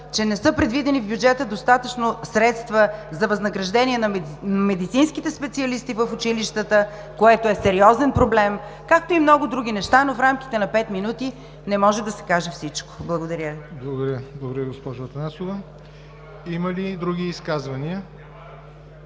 че не са предвидени в бюджета достатъчно средства за възнаграждение на медицинските специалисти там, което е сериозен проблем, както и много други неща, но в рамките на пет минути не може да се каже всичко. Благодаря. ПРЕДСЕДАТЕЛ ЯВОР НОТЕВ: Благодаря, госпожо Анастасова. Има ли други изказвания?